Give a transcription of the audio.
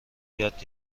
یاد